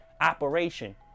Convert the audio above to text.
operation